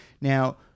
now